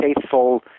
faithful